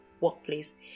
workplace